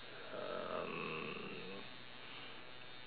um